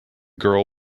girl